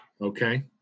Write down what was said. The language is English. Okay